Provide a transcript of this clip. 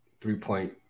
three-point